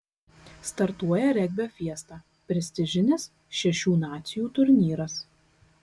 startuoja regbio fiesta prestižinis šešių nacijų turnyras